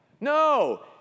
No